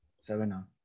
Seven